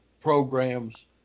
programs